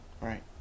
Right